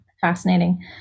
Fascinating